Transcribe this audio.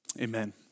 Amen